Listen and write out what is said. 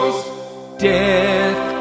Death